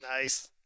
Nice